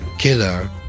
killer